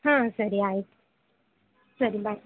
ಹಾಂ ಸರಿ ಆಯಿತು ಸರಿ ಬಾಯ್